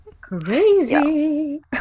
Crazy